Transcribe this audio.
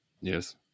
Yes